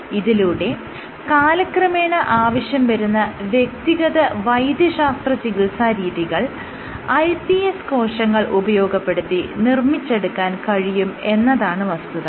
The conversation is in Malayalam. ഇതിലൂടെ കാലക്രമേണ ആവശ്യം വരുന്ന വ്യക്തിഗത വൈദ്യശാസ്ത്രചികിത്സ രീതികൾ iPS കോശങ്ങൾ ഉപയോഗപ്പെടുത്തി നിർമ്മിച്ചെടുക്കാൻ കഴിയും എന്നതാണ് വസ്തുത